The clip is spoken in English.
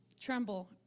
tremble